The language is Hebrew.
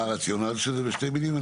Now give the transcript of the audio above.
מה הרציונל של זה, בשתי מילים?